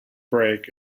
break